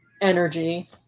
energy